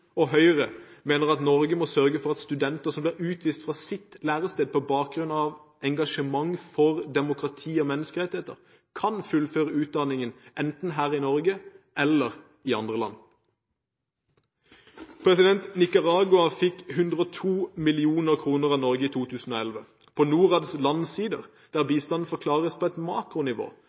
og Høyre mener at Norge må sørge for at studenter som blir utvist fra sitt lærested på bakgrunn av engasjement for demokrati og menneskerettigheter, kan fullføre utdanningen enten her i Norge eller i andre land. Nicaragua fikk 102 mill. kr av Norge i 2011. På Norads landsider, der bistanden forklares på et makronivå,